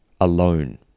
alone